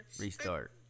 Restart